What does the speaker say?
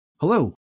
Hello